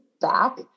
back